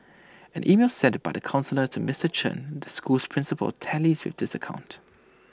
an email sent by the counsellor to Mister Chen the school's principal tallies with this account